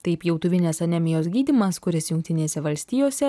tai pjautuvinės anemijos gydymas kuris jungtinėse valstijose